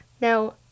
Now